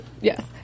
yes